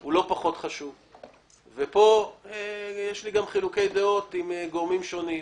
הוא לא פחות חשוב ובו יש לי גם חילוקי דעות עם גורמים שונים.